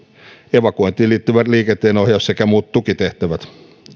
evakuointiin liittyvä liikenteenohjaus sekä muut tukitehtävät